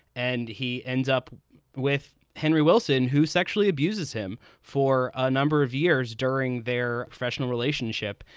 and he ends up with henry wilson, who sexually abuses him for a number of years during their professional relationship.